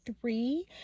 three